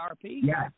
Yes